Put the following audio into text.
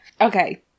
Okay